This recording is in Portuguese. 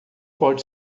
pode